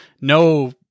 no